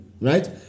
right